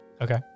Okay